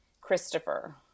Christopher